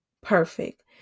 perfect